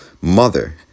mother